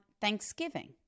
Thanksgiving